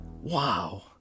Wow